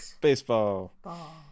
Baseball